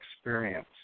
experience